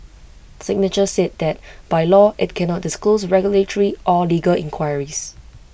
signature said that by law IT cannot disclose regulatory or legal inquiries